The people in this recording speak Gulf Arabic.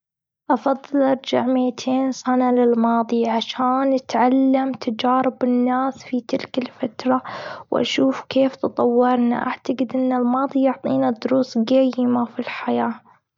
أفضل أرجع متين سنة للماضي. عشان أتعلم تجارب الناس في تلك الفترة، واشوف كيف تطورنا. أعتقد إن الماضي يعطينا دروس قيمة في الحياة.